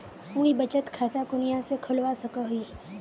मुई बचत खता कुनियाँ से खोलवा सको ही?